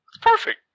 Perfect